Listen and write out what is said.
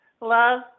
love